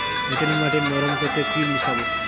এঁটেল মাটি নরম করতে কি মিশাব?